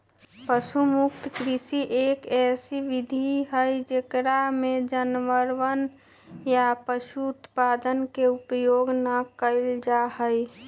पशु मुक्त कृषि, एक ऐसी विधि हई जेकरा में जानवरवन या पशु उत्पादन के उपयोग ना कइल जाहई